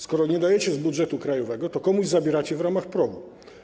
Skoro nie dajecie z budżetu krajowego, to komuś zabieracie w ramach PROW.